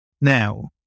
Now